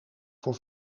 voor